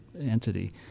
entity